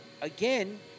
again